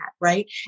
Right